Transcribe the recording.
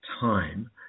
time